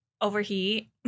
overheat